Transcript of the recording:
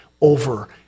over